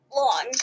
long